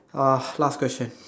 ah last question